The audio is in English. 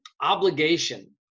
obligation